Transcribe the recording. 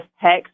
text